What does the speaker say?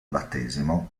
battesimo